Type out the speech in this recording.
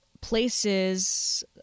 places